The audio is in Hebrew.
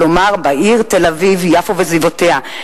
כלומר בעיר תל-אביב יפו וסביבותיה,